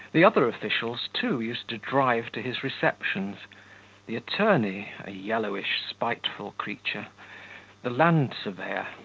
the other officials, too, used to drive to his receptions the attorney, a yellowish, spiteful creature the land surveyor,